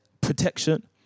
protection